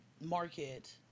market